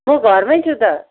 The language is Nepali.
म घरमै छु त